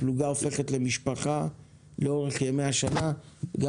הפלוגה הופכת למשפחה לאורך ימי השנה גם